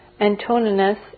Antoninus